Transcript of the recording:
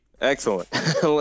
excellent